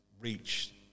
reach